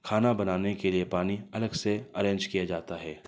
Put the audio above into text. کھانا بنانے کے لیے پانی الگ سے ارینج کیا جاتا ہے